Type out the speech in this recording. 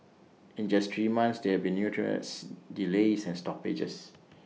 in just three months there have been new dress delays and stoppages